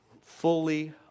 fully